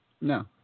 No